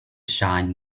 shine